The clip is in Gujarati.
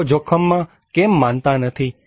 લોકો જોખમમાં કેમ માનતા નથી